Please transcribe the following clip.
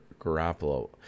garoppolo